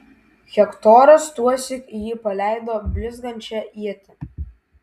hektoras tuosyk į jį paleido blizgančią ietį